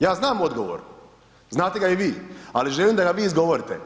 Ja znam odgovor, znate ga i vi, ali želim da ga vi izgovorite.